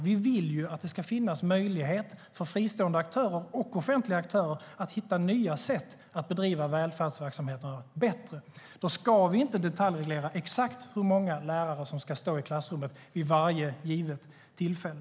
Vi vill ju att det ska finnas möjlighet för fristående aktörer och offentliga aktörer att hitta nya sätt att bedriva välfärdsverksamheterna bättre. Då ska vi inte detaljreglera exakt hur många lärare som ska stå i klassrummet vid varje givet tillfälle.